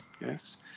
Yes